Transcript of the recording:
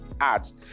ads